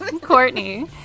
Courtney